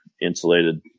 insulated